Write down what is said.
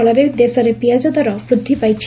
ଫଳରେ ଦେଶରେ ପିଆଜ ଦର ବୃଦ୍ଧି ପାଇଛି